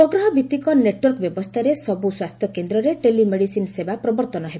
ଉପଗ୍ରହଭିତ୍ତିକ network ବ୍ୟବସ୍ଥାରେ ସବୁ ସ୍ୱାସ୍ଥ୍ୟକେନ୍ଦ୍ରରେ ଟେଲି ମେଡିସିନ୍ ସେବା ପ୍ରବର୍ତ୍ତନ ହେବ